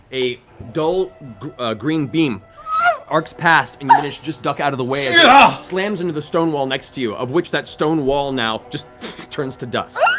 a dull green beam arcs past, and you manage to just duck out of the way yeah ah slams into the stone wall next to you, of which that stone wall now just turns to dust.